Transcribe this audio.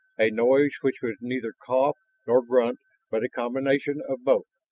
a noise which was neither cough nor grunt but a combination of both.